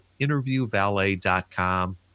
interviewvalet.com